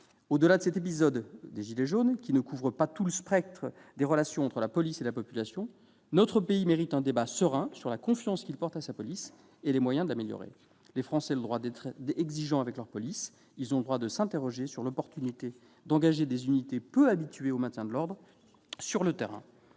Au-delà de cet épisode des « gilets jaunes », qui ne couvre pas tout le spectre des relations entre la police et la population, notre pays mérite un débat serein sur la confiance que la police lui inspire et les moyens de l'améliorer. Les Français ont le droit d'être exigeants avec leur police. Ils ont le droit de s'interroger sur l'opportunité d'engager des unités peu habituées au maintien de l'ordre sur le terrain.